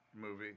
movie